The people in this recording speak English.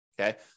Okay